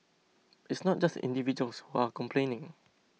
it's not just individuals who are complaining